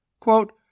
Quote